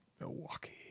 Milwaukee